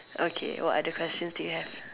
okay what other questions do you have